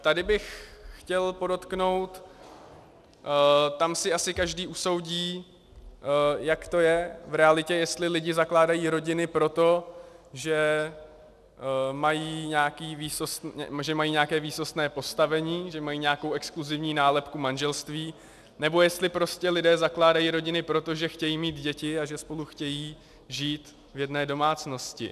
Tady bych chtěl podotknout tam si asi každý usoudí, jak to je v realitě, jestli lidi zakládají rodiny proto, že mají nějaké výsostné postavení, že mají nějakou exkluzivní nálepku manželství, nebo jestli prostě lidé zakládají rodiny proto, že chtějí mít děti a že spolu chtějí žít v jedné domácnosti.